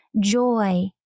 joy